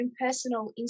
personal